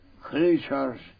creatures